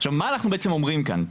עכשיו מה אנחנו בעצם אומרים כאן,